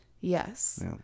Yes